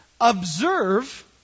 observe